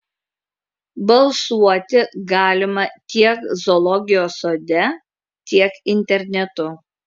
balsuoti galima tiek zoologijos sode tiek internetu